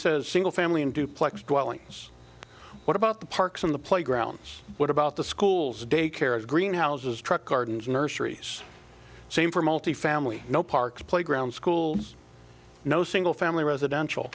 says single family and duplex dwellings what about the parks on the playgrounds what about the schools daycare is greenhouses truck gardens nurseries same for multi family no parks playgrounds schools no single family residential